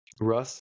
Russ